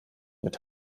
mit